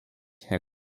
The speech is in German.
herr